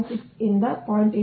6 ರಿಂದ 0